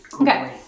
Okay